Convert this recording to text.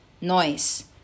Noise